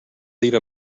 leave